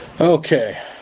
Okay